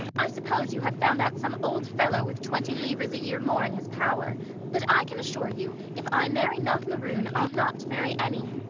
i suppose, you have found out some old fellow with twenty livres a year more in his power but i can assure you, if i marry not laroon, i'll not marry any.